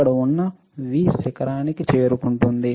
ఇక్కడ ఉన్న V శిఖరానికి చేరుకుంటుంది